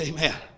Amen